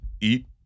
eat